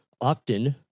often